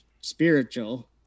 spiritual